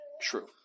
true